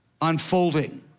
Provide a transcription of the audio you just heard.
unfolding